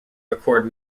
record